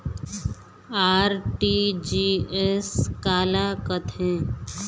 RTGS काला कथें?